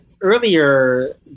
earlier